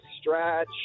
stretch